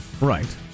Right